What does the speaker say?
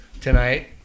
tonight